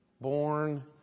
born